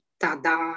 tada